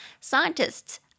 Scientists